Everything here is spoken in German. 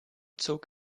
zog